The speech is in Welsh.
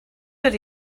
dod